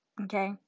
Okay